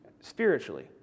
spiritually